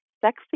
sexy